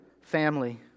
family